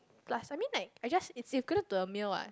plus I mean like I just it's equivalent to a meal what